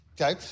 Okay